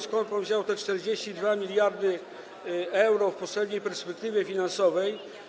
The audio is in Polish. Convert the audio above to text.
Skąd pan wziął te 42 mld euro w poprzedniej perspektywie finansowej?